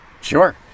Sure